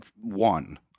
one